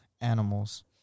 animals